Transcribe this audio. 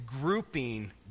grouping